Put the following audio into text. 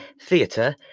Theatre